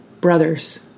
Brothers